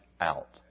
out